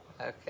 Okay